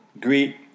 Greet